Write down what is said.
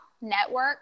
Network